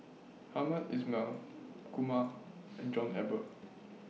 Hamed Ismail Kumar and John Eber